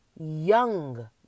young